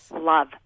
love